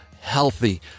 healthy